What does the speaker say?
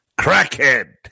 Crackhead